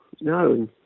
no